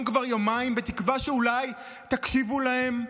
כבר יומיים בתקווה שאולי תקשיבו להם?